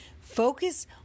Focus